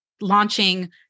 launching